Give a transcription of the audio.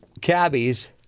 cabbies